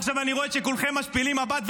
עכשיו אני רואה שכולכם משפילים מבט,